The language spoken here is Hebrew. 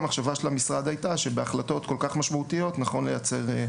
המחשבה של המשרד הייתה שבהחלטות כל כך משמעותיות נכון לייצר ועדה.